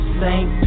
saint